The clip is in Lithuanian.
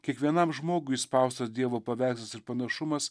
kiekvienam žmogui įspaustas dievo paveikslas ir panašumas